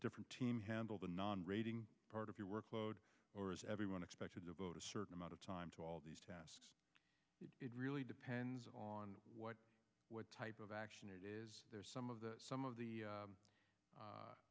different team handle the non rating part of your workload or is everyone expected to vote a certain amount of time to all these tasks it really depends on what type of action it is there some of the some of the